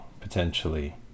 potentially